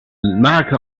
معك